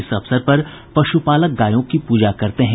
इस अवसर पर पशुपालक गायों की पूजा करते हैं